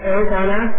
Arizona